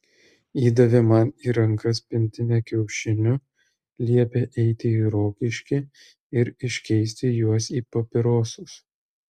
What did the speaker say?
įdavė man į rankas pintinę kiaušinių liepė eiti į rokiškį ir iškeisti juos į papirosus